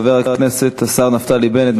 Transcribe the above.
חבר הכנסת השר נפתלי בנט,